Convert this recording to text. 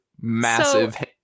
massive